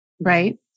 right